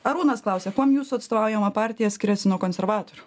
arūnas klausia kuom jūsų atstovaujama partija skiriasi nuo konservatorių